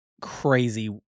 crazy